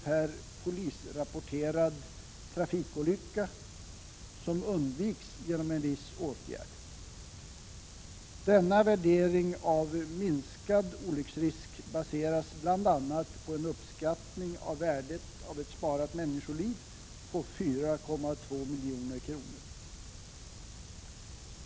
per polisrapporterad trafikolycka som undviks genom en viss åtgärd. Denna värdering av minskad olycksrisk baseras bl.a. på en uppskattning av värdet av ett sparat människoliv på 4,2 milj.kr.